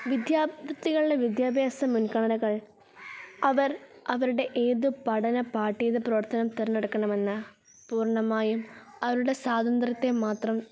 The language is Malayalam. വിദ്യാർത്ഥികളുടെ വിദ്യാഭ്യാസ മുൻഗണനകൾ അവർ അവരുടെ ഏതു പഠന പാഠിക പ്രവർത്തനം തിരഞ്ഞെടുക്കണമെന്നു പൂർണ്ണമായും അവരുടെ സ്വാതന്ത്ര്യത്തെ മാത്രം